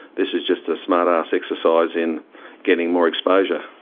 this is just a smart-ass exercise in getting more exposure.